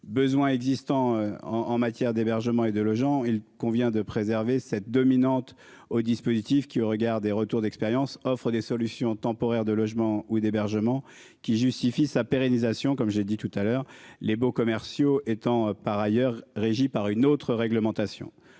besoins existants en en matière d'hébergement et de Legend, il convient de préserver cette dominante au dispositif qui au regard des retours d'expérience offrent des solutions temporaires de logement ou d'hébergement qui justifie sa pérennisation. Comme j'ai dit tout à l'heure les baux commerciaux étant par ailleurs régi par une autre réglementation.